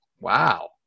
Wow